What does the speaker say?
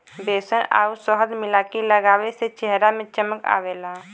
बेसन आउर शहद मिला के लगावे से चेहरा में चमक आवला